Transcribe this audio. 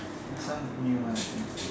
ah some new one I think